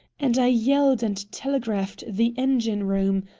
and i yelled and telegraphed the engine-room.